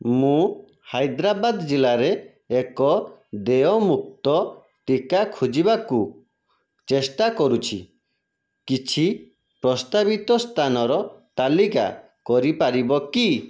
ମୁଁ ହାଇଦ୍ରାବାଦ ଜିଲ୍ଲାରେ ଏକ ଦେୟମୁକ୍ତ ଟିକା ଖୋଜିବାକୁ ଚେଷ୍ଟା କରୁଛି କିଛି ପ୍ରସ୍ତାବିତ ସ୍ଥାନର ତାଲିକା କରିପାରିବ କି